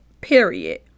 period